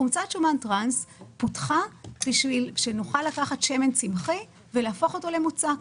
חומצת שומן טרנס פותחה בשביל שנוכל לקחת שמן צמחי ולהפוך אותו למוצק,